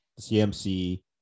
CMC